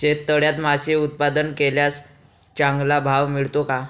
शेततळ्यात मासे उत्पादन केल्यास चांगला भाव मिळतो का?